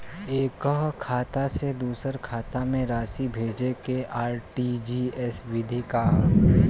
एकह खाता से दूसर खाता में राशि भेजेके आर.टी.जी.एस विधि का ह?